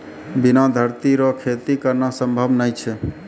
बिना धरती रो खेती करना संभव नै छै